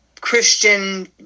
Christian